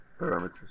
parameters